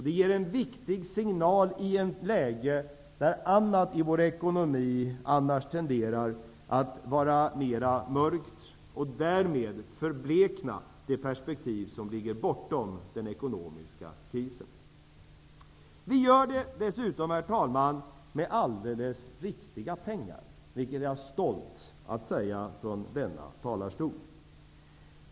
Det ger en viktig signal i ett läge där annat i vår ekonomi tenderar att vara mörkt och förblekna det perspektiv som ligger bortom den ekonomiska krisen. Herr talman! Dessutom gör vi det med alldeles riktiga pengar. Jag är stolt över att kunna säga det från denna talarstol.